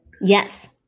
Yes